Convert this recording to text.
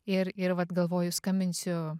ir ir vat galvoju skambinsiu